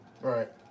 Right